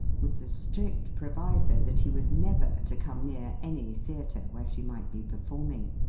with the strict proviso that he was never to come near any theatre where she might be performing,